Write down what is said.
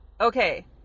Okay